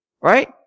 Right